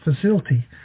facility